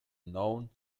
known